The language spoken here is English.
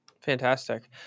Fantastic